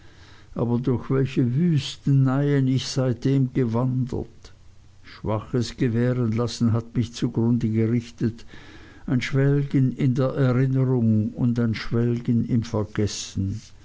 aber durch welche wüsteneien bin ich seitdem gewandert schwaches gewährenlassen hat mich zugrunde gerichtet ein schwelgen in der erinnerung und ein schwelgen im vergessen